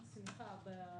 של